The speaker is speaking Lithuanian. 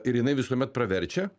ir jinai visuomet praverčia